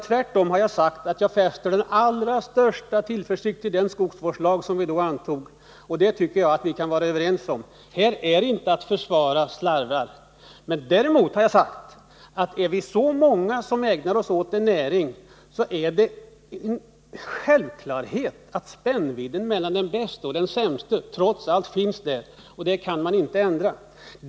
Tvärtom har jag sagt att jag fäster den allra största tillförsikt till den skogsvårdslag som vi antagit. Därmed har jag inte försvarat några slarvrar. Däremot har jag sagt att är vi så många som ägnar oss åt en näring, så är det en självklarhet att spännvidden mellan den bäste och den sämste trots allt finns där, och det kan man inte ändra.